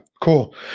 cool